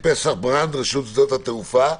ברנד, מרשות שדות התעופה,